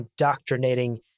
indoctrinating